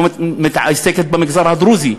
לא מתעסקת במגזר הדרוזי,